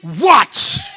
watch